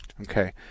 Okay